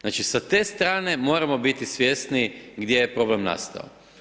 Znači, sa te strane moramo biti svjesni gdje je problem nastao.